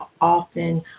often